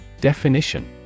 Definition